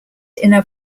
inner